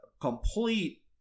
complete